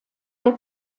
der